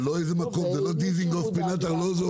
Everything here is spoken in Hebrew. זה לא איזה מקום, זה לא דיזינגוף פינת ארלוזורוב.